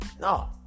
No